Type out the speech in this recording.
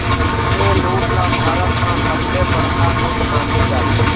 ए लूट ल भारत म सबले बड़का लूट माने जाथे